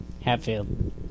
Hatfield